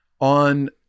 on